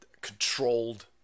controlled